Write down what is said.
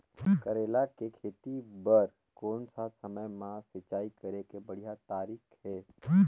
करेला के खेती बार कोन सा समय मां सिंचाई करे के बढ़िया तारीक हे?